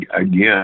again